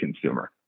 consumer